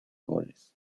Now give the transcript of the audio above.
goles